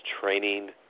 training